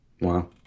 wow